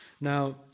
Now